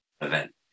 event